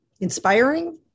inspiring